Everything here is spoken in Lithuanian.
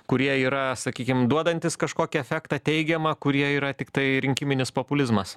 kurie yra sakykim duodantys kažkokį efektą teigiamą kurie yra tiktai rinkiminis populizmas